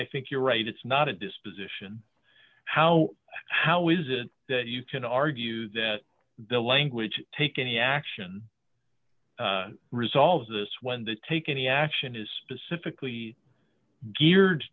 i think you're right it's not a disposition how how is it that you can argue that the language take any action resolves this when the take any action is specifically geared